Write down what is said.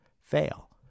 fail